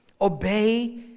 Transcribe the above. obey